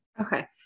okay